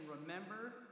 remember